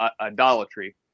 idolatry